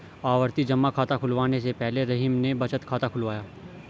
आवर्ती जमा खाता खुलवाने से पहले रहीम ने बचत खाता खुलवाया